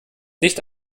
nicht